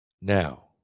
now